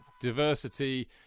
diversity